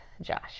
Josh